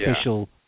official